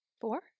Four